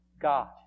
God